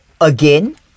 Again